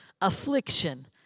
affliction